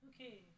Okay